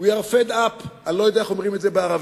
We are fed up; אני לא יודע איך אומרים את זה בערבית.